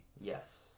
Yes